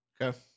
Okay